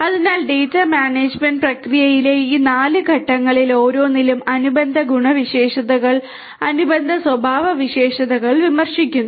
അതിനാൽ data management പ്രക്രിയയിലെ ഈ 4 ഘട്ടങ്ങളിൽ ഓരോന്നിനും അനുബന്ധ ഗുണവിശേഷതകൾ അനുബന്ധ സ്വഭാവവിശേഷങ്ങൾ പരാമർശിക്കുന്നു